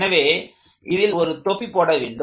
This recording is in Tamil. எனவே இதில் ஒரு தொப்பி போட வேண்டும்